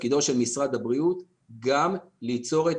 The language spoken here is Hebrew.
תפקידו של משרד הבריאות גם ליצור את